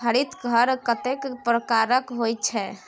हरित घर कतेक प्रकारक होइत छै?